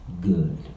Good